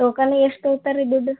ಟೋಕನ್ನಿಗೆ ಎಷ್ಟು ತಗೋತಾರೆ ರೀ ದುಡ್ಡು